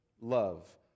love